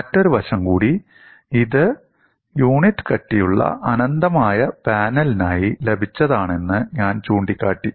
മറ്റൊരു വശം കൂടി ഇത് യൂണിറ്റ് കട്ടിയുള്ള അനന്തമായ പാനലിനായി ലഭിച്ചതാണെന്ന് ഞാൻ ചൂണ്ടിക്കാട്ടി